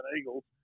Eagles